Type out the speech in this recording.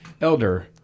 Elder